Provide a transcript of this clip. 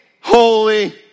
holy